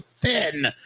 thin